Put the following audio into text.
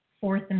fourth